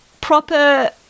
proper